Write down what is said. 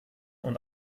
und